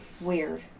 Weird